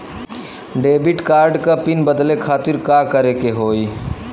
Debit card क pin बदले खातिर का करेके होई?